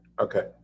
Okay